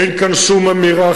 אין כאן שום אמירה,